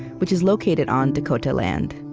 which is located on dakota land.